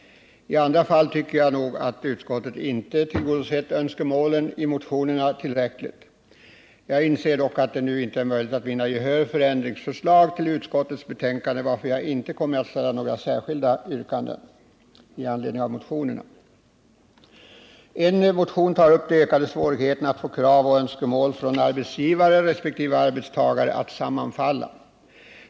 I andra fall tycker jag nog att utskottet inte tillräckligt har tillgodosett önskemålen i motionerna. Jag inser dock att det nu inte är möjligt att vinna gehör för ändringsförslag till utskottets betänkande, varför jag inte kommer att ställa några särskilda yrkanden i anledning av motionerna. En motion tar upp de ökade svårigheterna att få krav och önskemål från arbetsgivare resp. arbetstagare att sammanfalla.